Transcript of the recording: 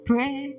Pray